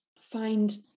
find